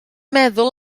meddwl